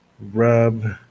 rub